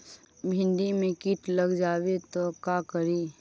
भिन्डी मे किट लग जाबे त का करि?